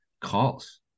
calls